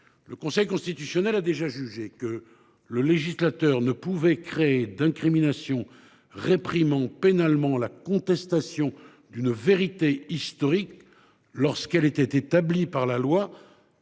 le Conseil constitutionnel a déjà jugé que le législateur ne pouvait créer d’incrimination réprimant pénalement la contestation d’une vérité historique lorsqu’elle est établie par la loi,